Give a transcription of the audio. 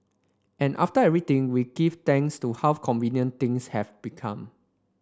and after everything we give thanks to how convenient things have become